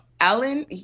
Alan